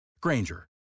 Granger